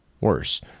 worse